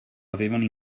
avevano